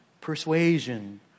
persuasion